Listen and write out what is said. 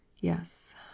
yes